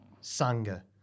Sanga